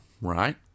right